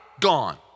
gone